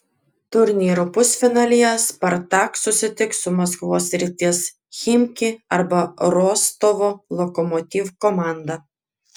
turnyro pusfinalyje spartak susitiks su maskvos srities chimki arba rostovo lokomotiv komanda